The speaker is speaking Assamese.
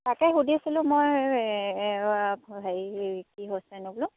তাকে সুধিছিলো মই হেৰি কি হৈছে নো বোলো